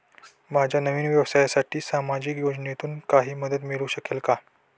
माझ्या नवीन व्यवसायासाठी सामाजिक योजनेतून काही मदत मिळू शकेल का?